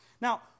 Now